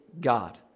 God